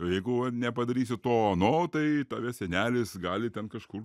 jeigu nepadarysi to ano tai tave senelis gali ten kažkur